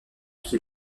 qui